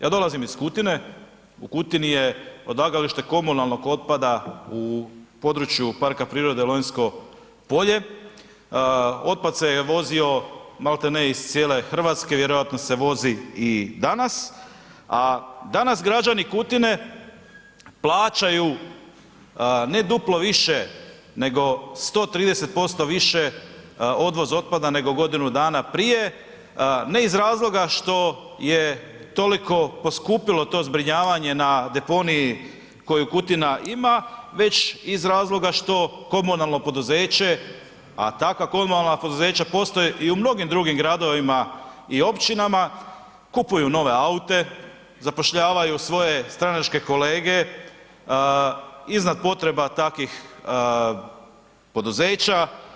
Ja dolazim iz Kutine, u Kutini je odlagalište komunalnog otpada u području parka prirode Lonjsko polje, otpad se je vozio malte ne iz cijele RH, vjerojatno se vozi i danas, a danas građani Kutine plaćaju ne duplo više, nego 130% više odvoz otpada nego godinu dana prije, ne iz razloga što je toliko poskupilo to zbrinjavanje na deponiji koju Kutina ima, već iz razloga što komunalno poduzeće, a takva komunalna poduzeća postoje i u mnogim drugim gradovima i općinama, kupuju nove aute, zapošljavaju svoje stranačke kolege iznad potreba takvih poduzeća.